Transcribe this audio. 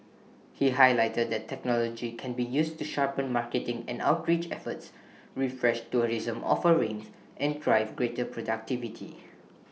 he highlighted that technology can be used to sharpen marketing and outreach efforts refresh tourism offerings and drive greater productivity